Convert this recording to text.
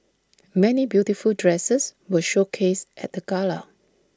many beautiful dresses were showcased at the gala